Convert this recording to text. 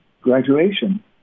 graduation